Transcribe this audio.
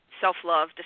self-love